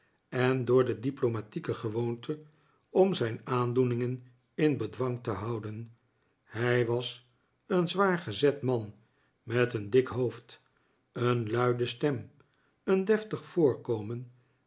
en door de diplomatieke gewoonte om zijn aandoeningen in bedwang te houden hij was een zwaar gezet man met een dik hoofd een luide stem een deftig voorkomen